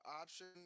option